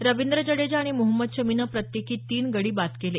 रविंद्र जडेजा आणि मोहम्मद शमीनं प्रत्येकी तीन गडी बाद केले